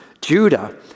Judah